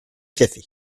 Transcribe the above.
café